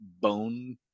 bone